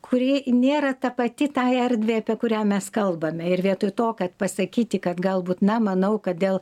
kuri nėra tapati tai erdvei apie kurią mes kalbame ir vietoj to kad pasakyti kad galbūt na manau kad dėl